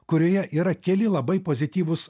kurioje yra keli labai pozityvūs